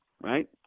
right